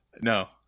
No